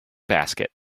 basket